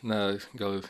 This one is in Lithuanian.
na gal